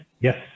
yes